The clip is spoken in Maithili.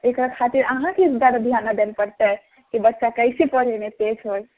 एकरा खातिर अहाँकेँ ने हुनकापर ध्यान दिअए पड़तै कि बच्चा कैसे पढ़यमे तेज होइ